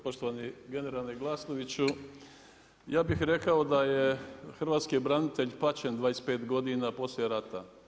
Poštovani generale Glasnoviću, ja bih rekao da je hrvatski branitelj pačen 25 godina poslije rata.